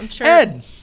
Ed